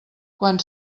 quan